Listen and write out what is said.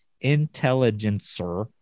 Intelligencer